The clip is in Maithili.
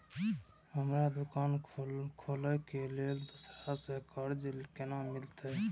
हमरा दुकान खोले के लेल दूसरा से कर्जा केना मिलते?